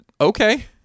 okay